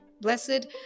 Blessed